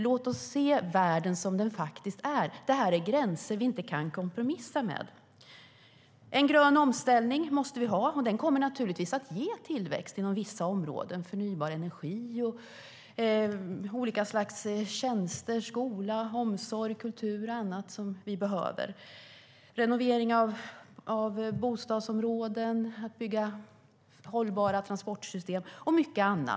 Låt oss se världen som den är. Detta är gränser vi inte kan kompromissa med. En grön omställning måste vi ha. Den kommer att ge tillväxt inom vissa områden: förnybar energi, olika slags tjänster, skola, omsorg, kultur och annat som vi behöver. Det handlar om renovering av bostadsområden, att bygga hållbara transportsystem och mycket annat.